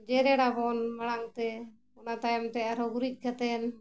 ᱡᱮᱨᱮᱲᱟᱵᱚᱱ ᱢᱟᱲᱟᱝ ᱛᱮ ᱚᱱᱟ ᱛᱟᱭᱚᱢ ᱛᱮ ᱟᱨᱦᱚᱸ ᱜᱩᱨᱤᱡ ᱠᱟᱛᱮᱫ